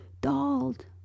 dulled